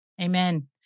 Amen